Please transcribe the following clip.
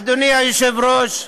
אדוני היושב-ראש,